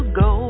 go